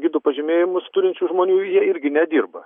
gidų pažymėjimus turinčių žmonių jie irgi nedirba